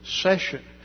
session